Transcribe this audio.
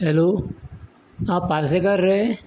hello आं पार्सेकार रे